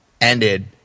ended